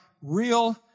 real